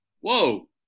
whoa